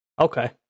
okay